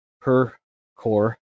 per-core